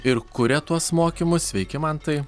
ir kuria tuos mokymus sveiki mantai